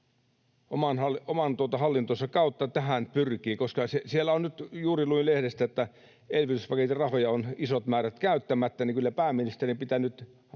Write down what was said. oman hallintonsa kautta tähän pyrkii, koska nyt juuri luin lehdestä, että siellä elvytyspaketin rahoja on isot määrät käyttämättä, joten kyllä pääministerin pitää nyt